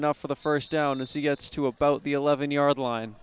enough for the first down as he gets to about the eleven yard line